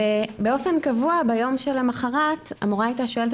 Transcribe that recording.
ובאופן קבוע ביום שלמחרת הילדה הייתה שואלת